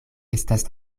estas